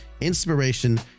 inspiration